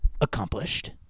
accomplished